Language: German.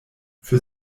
für